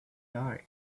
die